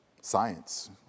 science